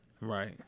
Right